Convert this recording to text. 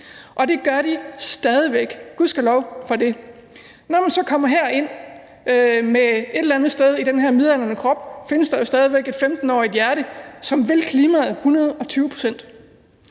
og det gør de stadig væk – gudskelov for det. Når man så kommer herind, for et eller andet sted i den her midaldrende krop findes der stadig væk et 15-årigt hjerte, som vil klimaet 120 pct.,